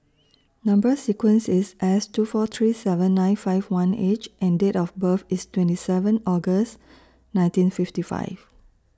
Number sequence IS S two four three seven nine five one H and Date of birth IS twenty seven August nineteen fifty five